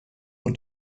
und